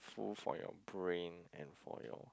full for your brain and for your